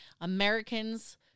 Americans